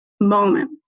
moment